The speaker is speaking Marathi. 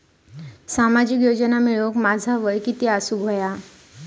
सामाजिक योजना मिळवूक माझा वय किती असूक व्हया?